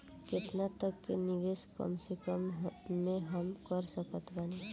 केतना तक के निवेश कम से कम मे हम कर सकत बानी?